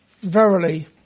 verily